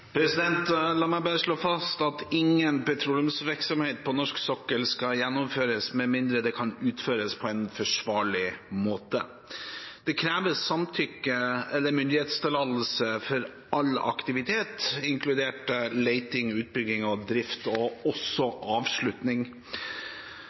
La meg bare slå fast at ingen petroleumsvirksomhet på norsk sokkel skal gjennomføres med mindre det kan utføres på en forsvarlig måte. Det kreves samtykke eller myndighetstillatelse for all aktivitet, inkludert leting, utbygging og drift og også